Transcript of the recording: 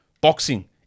boxing